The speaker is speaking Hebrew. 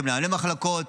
כמנהלי מחלקות.